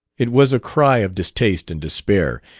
it was a cry of distaste and despair,